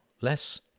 less